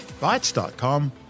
Bytes.com